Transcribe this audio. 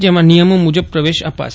જેમાં નિયમ મુજબ પ્રવેશ અપાશે